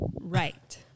Right